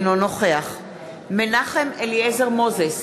אינו נוכח מנחם אליעזר מוזס,